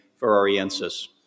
Ferrariensis